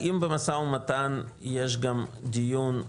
האם במשא ומתן יש גם דיון,